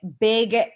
big